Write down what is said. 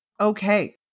Okay